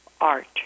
art